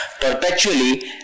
perpetually